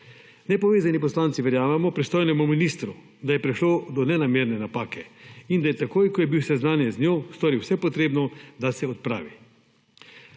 Nepovezani poslanci verjamemo pristojnemu ministru, da je prišlo do nenamerne napake in da je takoj, ko je bil seznanjen z njo storil vse potrebno, da se odpravi.